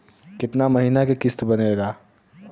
कितना महीना के किस्त बनेगा?